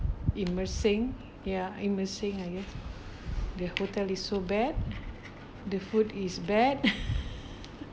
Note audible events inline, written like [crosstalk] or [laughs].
in mersing ya in mersing I guess the hotel is so bad the food is bad [laughs]